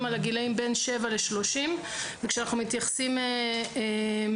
על הגילאים שבין שבע ל-30 וכשאנחנו מתייחסים לטיפולים